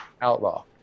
Outlaw